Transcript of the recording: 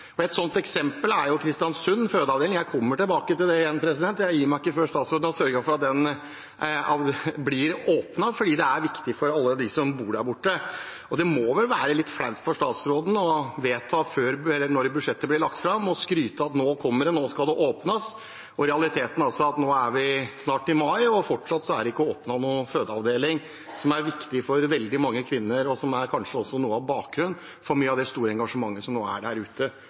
sånt eksempel er Kristiansund fødeavdeling. Jeg kommer tilbake til det igjen. Jeg gir meg ikke før statsråden har sørget for at den blir åpnet, fordi det er viktig for alle dem som bor der borte. Det må vel være litt flaut for statsråden som da budsjettet ble lagt fram, skrøt av at nå kommer den, nå skal den åpnes, når realiteten altså er at vi snart er i mai og fortsatt er det ikke åpnet noen fødeavdeling. Den er viktig for veldig mange kvinner og er kanskje også noe av bakgrunnen for mye av det store engasjementet som er der ute